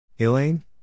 Elaine